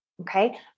Okay